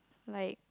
like